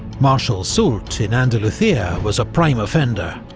marshal soult in andalucia was a prime offender,